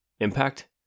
impact